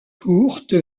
courte